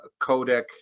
codec